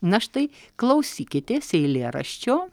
na štai klausykitės eilėraščio